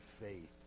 faith